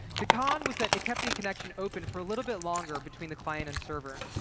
the con was that it kept the connection open for a little bit longer between the client and server,